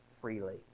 freely